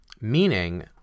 meaning